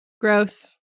gross